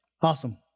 Awesome